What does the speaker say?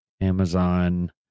Amazon